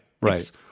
Right